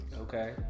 Okay